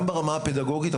גם ברמה הפדגוגית,